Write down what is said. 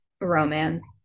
romance